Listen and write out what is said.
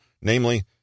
namely